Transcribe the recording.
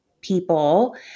people